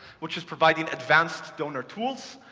which is providing advanced donor tools,